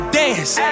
dance